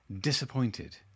disappointed